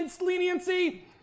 leniency